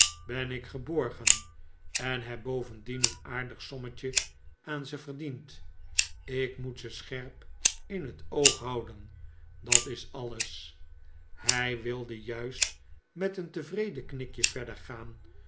ben ik geborgen en heb bovendien een aardig sommetje aan ze verdiend ik moet ze scherp in het oog houden dat is alles hij wilde juist met een tevreden knikje verder gaan